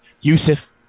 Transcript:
Yusuf